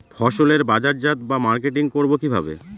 ফসলের বাজারজাত বা মার্কেটিং করব কিভাবে?